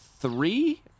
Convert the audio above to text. three